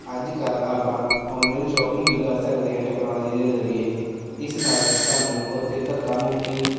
ਅੱਜ ਕੱਲ੍ਹ ਆਪਾਂ ਆਨਲਾਈਨ ਸ਼ੋਪਿੰਗ ਵੀ ਕਰ ਸਕਦੇ ਹਾਂ ਟੈਕਨੋਲਜੀ ਦੇ ਜ਼ਰੀਏ ਇਸ ਨਾਲ ਸਾਨੂੰ ਉੱਥੇ ਧੱਕਾ ਮੁੱਕੀ